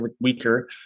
weaker